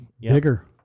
bigger